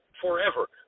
forever